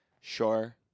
Sure